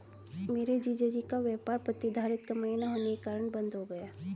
मेरे जीजा जी का व्यापार प्रतिधरित कमाई ना होने के कारण बंद हो गया